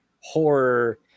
horror